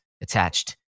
attached